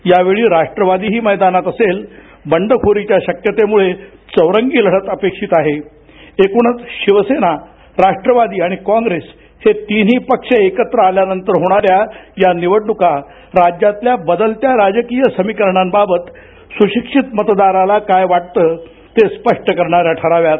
यावेळी राष्ट्रवादीही मैदानात असेल बंडखोरीच्या शक्यतेमुळे चौरंगी लढत अपेक्षित आहे एकूणच शिवसेना राष्ट्रवादी आणि काँग्रेस हे तीन्ही पक्ष एकत्र आल्यानंतर होणार्याळ या निवडणुका राज्यातल्या बदलत्या राजकीय समिकरणांबाबत सुशिक्षित मतदाराला काय वाटतं ते स्पष्ट करणार्याश ठराव्यात